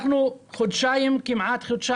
אנחנו חודשיים כמעט,